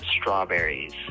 strawberries